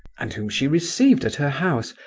and whom she received at her house,